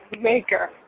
maker